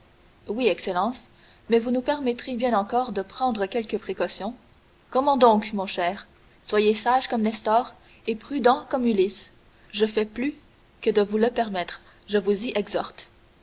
oui excellence mais vous nous permettrez bien encore de prendre quelques précautions comment donc mon cher soyez sage comme nestor et prudent comme ulysse je fais plus que de vous le permettre je vous y exhorte